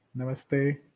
Namaste